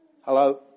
Hello